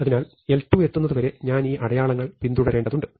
അതിനാൽ l2 എത്തുന്നതുവരെ ഞാൻ ഈ അടയാളങ്ങൾ പിന്തുടരേണ്ടതുണ്ട്